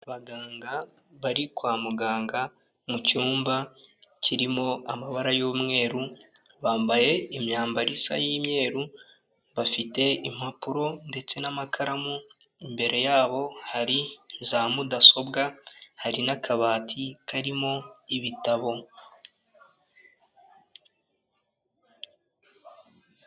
Abaganga bari kwa muganga mu cyumba kirimo amabara y'umweru bambaye imyambaro isa y'imyeru, bafite impapuro ndetse n'amakaramu, imbere yabo hari za mudasobwa, hari n'akabati karimo ibitabo.